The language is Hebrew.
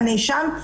הנאשם,